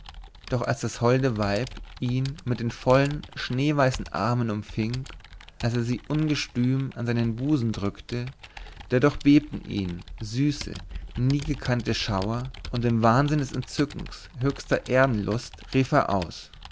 doch als das holde weib ihn mit den vollen schneeweißen armen umfing als er sie ungestüm an seinen busen drückte da durchbebten ihn süße nie gekannte schauer und im wahnsinn des entzückens höchster erdenlust rief er aus